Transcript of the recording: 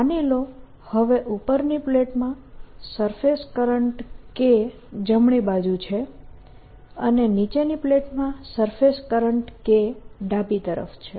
માની લો હવે ઉપરની પ્લેટ માં સરફેસ કરંટ K જમણી બાજુ છે અને નીચેની પ્લેટમાં સરફેસ કરંટ K ડાબી તરફ છે